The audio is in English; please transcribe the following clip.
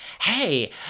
hey